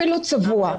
אפילו צבוע,